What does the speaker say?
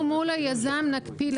אנחנו מול היזם נקפיא לחודש.